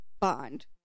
bond